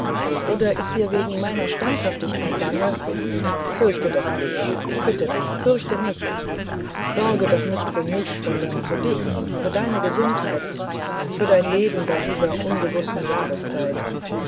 oder ist dir wegen meiner standhaftigkeit bange fürchte doch nichts ich bitte dich fürchte nichts sorge doch nicht für mich sondern für dich für deine gesundheit für dein leben bei dieser ungesunden jahreszeit